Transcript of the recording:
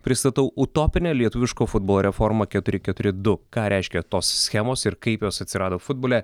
pristatau utopinę lietuviško futbolo reformą keturi keturi du ką reiškia tos schemos ir kaip jos atsirado futbole